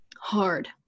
hard